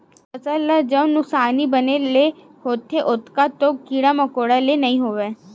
फसल ल जउन नुकसानी बन ले होथे ओतका तो कीरा मकोरा ले नइ होवय